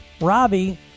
Robbie